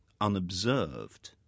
unobserved